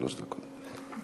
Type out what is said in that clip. שלוש דקות.